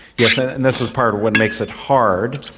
yes, ah and this is part of what makes it hard.